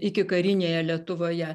ikikarinėje lietuvoje